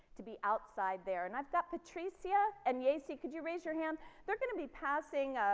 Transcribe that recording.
to be outside there and i've got patrice c a and yeah ac could you raise your hand they're going to be passing.